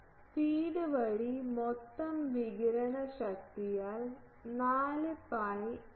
feed വഴി മൊത്തം വികിരണശക്തിയാൽ 4 pi g 00